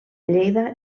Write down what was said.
lleida